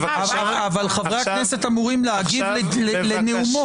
חברי הכנסת אמורים להגיב לנאומו.